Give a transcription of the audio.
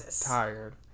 Tired